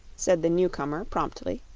said the newcomer, promptly.